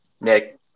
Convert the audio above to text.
Nick